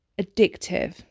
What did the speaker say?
addictive